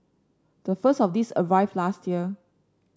the first of these arrived last year